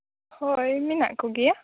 ᱦᱳᱭ ᱢᱮᱱᱟᱜ ᱠᱚᱜᱮᱭᱟ